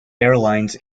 airlines